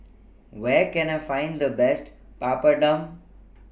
Where Can I Find The Best Papadum